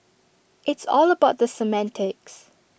it's all about the semantics